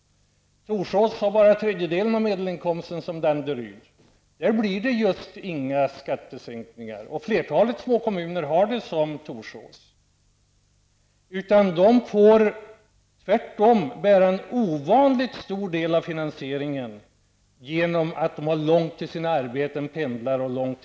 Torsås medelinkomst är bara en tredjedel av medelinkomsten i Danderyd. Där blir det egentligen inga skattesänkningar, och i flertalet små kommuner ser situationen ut som i Torsås. De får tvärtom bära en ovanligt stor del av finansieringen, eftersom det är långt mellan bostad och arbete.